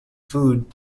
food